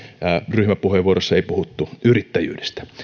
ryhmäpuheenvuorossa ei puhuttu yrittäjyydestä